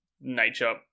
nature